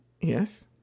Yes